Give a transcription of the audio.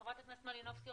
חברת הכנסת מלינובסקי,